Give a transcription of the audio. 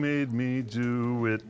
made me do with